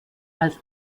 als